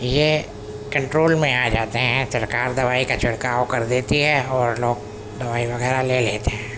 یہ کنٹرول میں آ جاتے ہیں سرکار دوائی کا چھڑکاؤ کر دیتی ہے اور لوگ دوائی وغیرہ لے لیتے ہیں